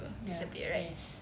ya yes